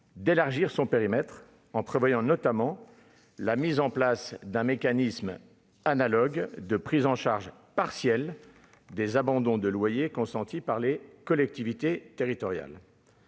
élargissant son périmètre notamment par la mise en place d'un mécanisme analogue de prise en charge partielle des abandons de loyers consentis par les collectivités territoriales.